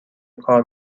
کار